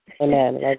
Amen